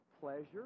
pleasure